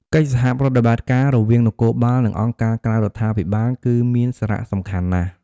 កិច្ចសហប្រតិបត្តិការរវាងនគរបាល និងអង្គការក្រៅរដ្ឋាភិបាលគឺមានសារៈសំខាន់ណាស់។